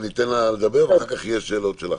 ניתן לה לדבר ואחר כך יהיו שאלות של הח"כים.